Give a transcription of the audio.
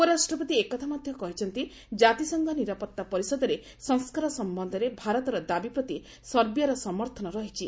ଉପରାଷ୍ଟ୍ରପତି ଏକଥା ମଧ୍ୟ କହିଛନ୍ତି ଜାତିସଂଘ ନିରାପତ୍ତା ପରିଷଦରେ ସଂସ୍କାର ସମ୍ବନ୍ଧରେ ଭାରତର ଦାବି ପ୍ରତି ସର୍ବିଆର ସମର୍ଥନ ରହିଛି